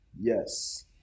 Yes